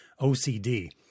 OCD